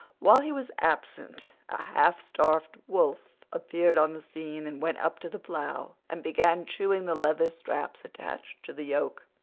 while he was absent half-starved wolf appeared on the scene, and went up to the plough and began chewing the leather straps attached to the yoke.